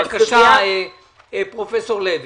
בבקשה, פרופ' לוי.